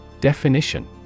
Definition